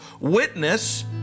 witness